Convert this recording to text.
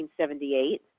1978